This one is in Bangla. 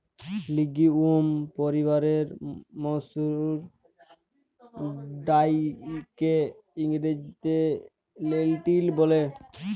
লিগিউম পরিবারের মসুর ডাইলকে ইংরেজিতে লেলটিল ব্যলে